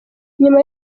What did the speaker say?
nyuma